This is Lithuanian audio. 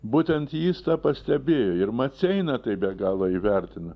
būtent jis tą pastebėjo ir maceina tai be galo įvertina